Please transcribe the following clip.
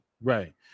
Right